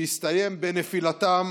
שהסתיים בנפילתם